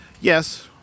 Yes